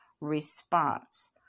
response